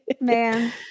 man